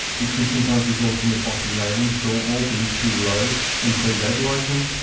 which can sometimes result in the bottom railing short wall being too low and so red lighting.